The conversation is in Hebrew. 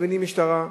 מזמינים משטרה,